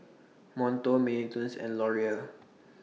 Monto Mini Toons and Laurier